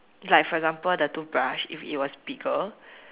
like for example the toothbrush if it was bigger